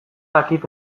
dakit